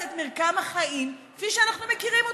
את מרקם החיים כפי שאנחנו מכירים אותו.